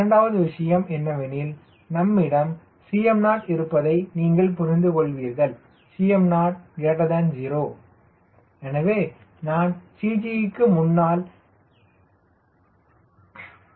இரண்டாவது விஷயம் என்னவெனில் நம்மிடம் ஒரு Cm0 இருப்பதை நீங்கள் புரிந்துகொள்வது Cm0 0 எனவே நான் CG க்கு முன்னால் இறக்கையின் a